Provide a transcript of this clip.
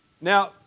Now